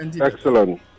Excellent